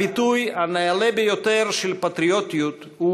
הביטוי הנעלה ביותר של פטריוטיות הוא